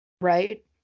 right